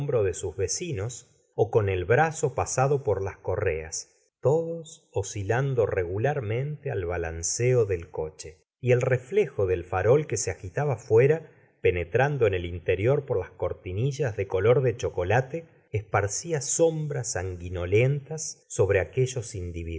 de sus vecinos ó con el brazo pasado por las correas todos oscilando regularmente al balanceo del coche y el reflejq del farol que se agitaba fuera penetrando en el interior por las cortinillas de color de ehocolate esparcía sombras sanguinolentas sobre aquellos